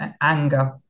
anger